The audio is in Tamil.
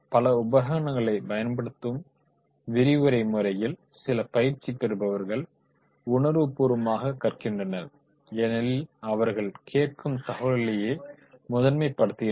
பல உபகரணங்களைப் பயன்படுத்தும் விரிவுரை முறையில் சில பயிற்சி பெறுபவர்கள் உணர்வுப் பூர்வமாக கற்கின்றனர் ஏனெனில் அவர்கள் கேட்கும் தகவல்களையே முதன்மைப் படுத்துகின்றனர்